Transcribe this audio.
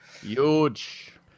huge